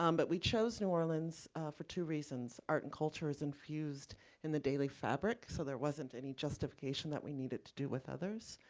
um but we chose new orleans for two reasons. art and culture is infused in the daily fabric, so there wasn't any justification that we needed to do with others,